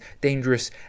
dangerous